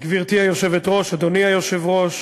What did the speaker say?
גברתי היושבת-ראש, אדוני היושב-ראש,